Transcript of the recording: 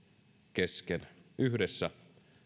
kesken yhdessä